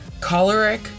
choleric